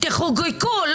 תחקרו ואני גם אסיר חסינות,